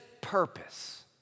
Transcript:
purpose